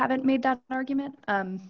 haven't made that argument